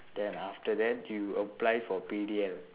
then after that you apply for P_D_L